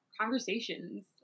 conversations